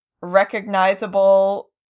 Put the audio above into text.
recognizable